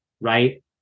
right